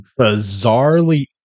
bizarrely